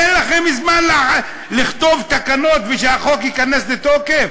אין לכם זמן לכתוב תקנות ושהחוק ייכנס לתוקף?